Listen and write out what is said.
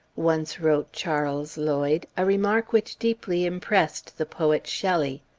once wrote charles lloyd, a remark which deeply impressed the poet shelley.